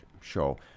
show